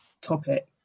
topic